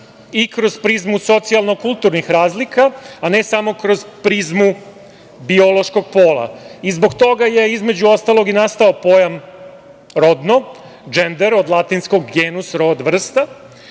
i kroz prizmu socijalnog kulturnih razlika, a ne samo kroz prizmu biološkog pola. I zbog toga je između ostalog i nastao pojam - rodno, „džender“ od latinskog genus, rod, vrsta.